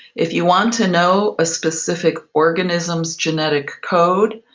if you want to know a specific organism's genetic code,